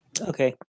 Okay